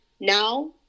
Now